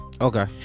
okay